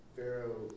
Pharaoh